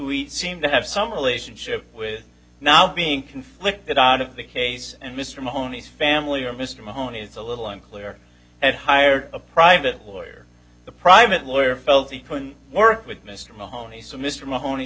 we seem to have some relationship with now being conflicted out of the case and mr mahoney's family or mr mahoney it's a little unclear and hired a private lawyer the private lawyer felt he can work with mr mahoney so mr mahoney